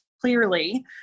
clearly